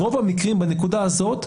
ברוב המקרים בנקודה הזאת,